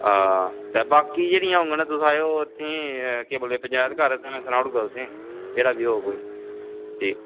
ते बाकी जेह्ड़ियां होङन ते तुसें ओह् पचैंत घर सनाई ओड़गा तुसें गी ओह् ओह्दा बी होग ठीक